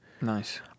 Nice